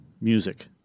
music